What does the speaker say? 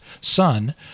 son